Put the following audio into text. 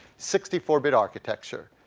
sixty four bit architecture.